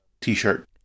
T-shirt